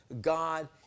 God